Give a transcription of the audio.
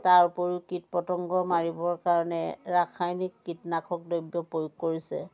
তাৰ উপৰিও কীট পতংগ মাৰিবৰ কাৰণে ৰাসায়নিক কীটনাশক দব্য প্ৰয়োগ কৰিছে